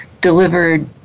delivered